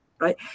Right